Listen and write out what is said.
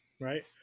right